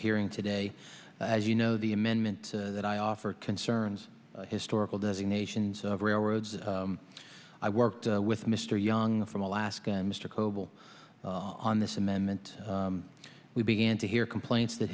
hearing today as you know the amendment that i offer concerns historical designations of railroads i worked with mr young from alaska mr coble on this amendment we began to hear complaints that